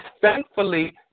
thankfully